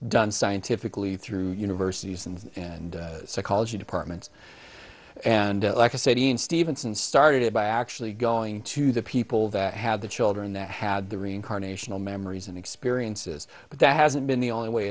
done scientifically through universities and and psychology departments and like i said ian stephenson started it by actually going to the people that had the children that had the reincarnation of memories and experiences but that hasn't been the only way